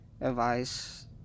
advice